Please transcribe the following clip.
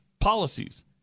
Policies